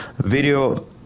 video